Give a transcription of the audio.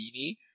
beanie